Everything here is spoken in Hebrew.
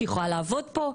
שהיא תוכל לעבוד פה,